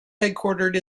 headquartered